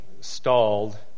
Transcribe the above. stalled